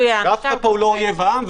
אף אחד פה הוא לא אויב העם.